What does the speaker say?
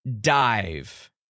dive